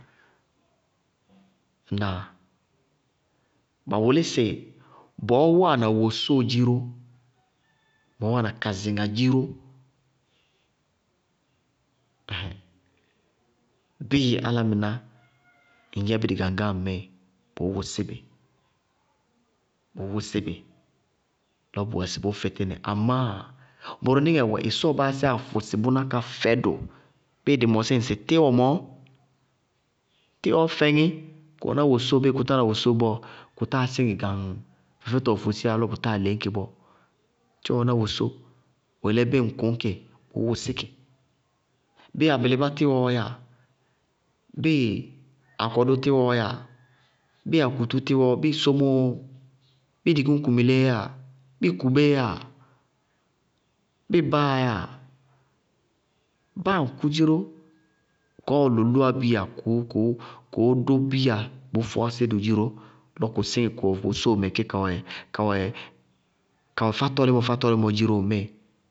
Ŋnáa? Ba wʋlí sɩ bɔɔ wáana wosóo dziró, bɔɔ wáana kzaŋa dziró, bíɩ álámɩná ŋ yɛbɩ dɩgaŋgáñ ŋmíɩ, bʋʋ wʋsí bɩ. Bʋʋ wʋlí bɩ. Lɔ bʋwɛ sɩ bʋʋ fɩtí nɩ. Amá bʋrʋnɩŋɛ wɛ, ɩsɔɔ báásíyá fʋsɩ bʋná ka fɛdʋ. Bíɩ dɩ mɔsí ŋsɩ tíwɔ mɔɔ, tíwɔɔ fɛŋí. Kʋ wɛná wosóo, bíɩ kʋ tána wosóo bɔɔ, kʋ táa síŋɩ gaŋŋ! Fɛfɛtɔɔ fosíyá lɔ bʋ táa leñ kí bɔɔ. Tíwɔ wɛná wosóo. Bʋ yelé bíɩ ŋ kʋñ kɩ bʋʋ bisí kɩ. Bíɩ abɩlɩbá tíwɔɔ wáa, bíɩ akɔdʋ tíwɔɔ yáa, bíɩ akutú tíwɔɔ, bíɩ sómóo, bíɩ dikuñkumiléé yáa bíɩ kubéé yáa, bíɩ báa yáa, báa akʋ dziró, kɔɔɔ lʋlʋwá biya kʋʋ dʋ bíya bʋʋ fɔɔsɩ dʋ dziró lɔ kʋ síŋɩ kʋwɛ wosóo mɛ kɛ ka wɛ, ka wɛ fárɔ límɔ fátɔ límɔ dziró ŋmíɩ.